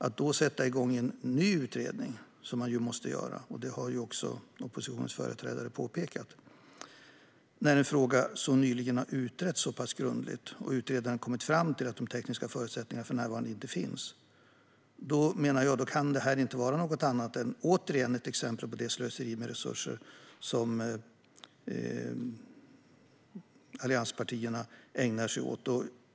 Att sätta igång en ny utredning - som man ju måste göra; det har också oppositionsföreträdare påpekat - när frågan nyligen har utretts så pass grundligt och utredaren kommit fram till att de tekniska förutsättningarna för närvarande inte finns kan, menar jag, inte vara något annat än ännu ett exempel på det slöseri med resurser som allianspartierna ägnar sig åt.